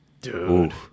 dude